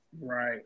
right